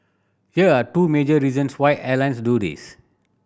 here are two major reasons why airlines do this